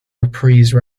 reprise